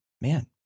man